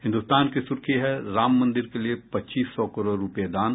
हिन्दुस्तान की सुर्खी है राम मंदिर के लिए पच्चीस सौ करोड़ रूपये दान